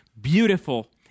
beautiful